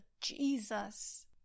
Jesus